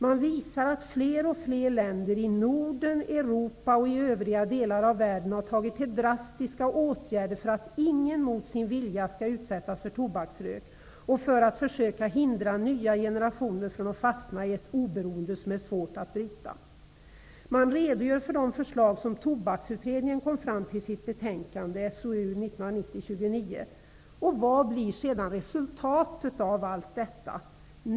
Man visar att fler och fler länder i Norden, övriga Europa och andra delar av världen har tagit till drastiska åtgärder för att ingen mot sin vilja skall utsättas för tobaksrök och för att försöka hindra nya generationer från att fastna i ett beroende som är svårt att bryta. Man redogör för de förslag som Tobaksutredningen kom fram till i sitt betänkande . Vad blir sedan resultatet av allt detta?